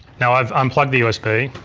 now i've unplugged the usb